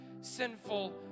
sinful